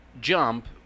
jump